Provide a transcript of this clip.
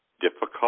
difficult